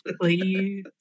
Please